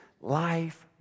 life